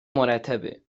مرتبه